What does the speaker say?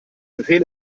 befehl